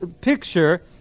picture